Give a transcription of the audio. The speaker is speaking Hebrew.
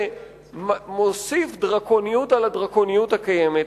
שמוסיף דרקוניות על הדרקוניות הקיימת,